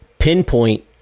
pinpoint